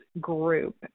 group